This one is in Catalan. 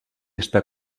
està